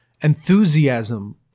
enthusiasm